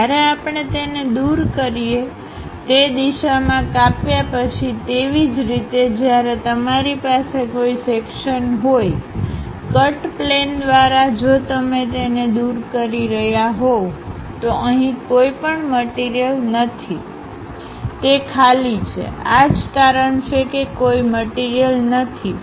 જ્યારે આપણે તેને દૂર કરીએ તે દિશામાં કાપ્યા પછીતેવી જ રીતે જ્યારે તમારી પાસે કોઈ સેક્શનહોયકટ પ્લેન દ્વારા જો તમે તેને દૂર કરી રહ્યા હોવ તો અહીં કોઈ મટીરીયલનથી તે ખાલી છેઆ જ કારણ છે કે કોઇ મટીરીયલનથી છે